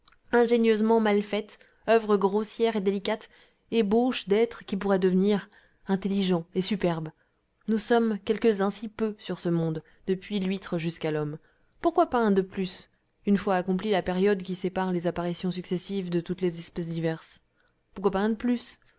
ingénieusement mal faite oeuvre grossière et délicate ébauche d'être qui pourrait devenir intelligent et superbe nous sommes quelques-uns si peu sur ce monde depuis l'huître jusqu'à l'homme pourquoi pas un de plus une fois accomplie la période qui sépare les apparitions successives de toutes les espèces diverses pourquoi pas un de plus